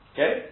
Okay